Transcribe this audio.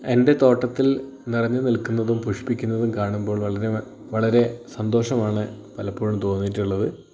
എൻ്റെ തോട്ടത്തിൽ നിറഞ്ഞു നിൽക്കുന്നതും പുഷ്പിക്കുന്നതും കാണുമ്പോൾ വളരെ വളരെ സന്തോഷമാണ് പലപ്പോഴും തോന്നിട്ടുള്ളത്